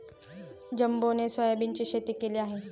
जंबोने सोयाबीनची शेती केली आहे